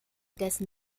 dessen